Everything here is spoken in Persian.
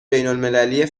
بینالمللی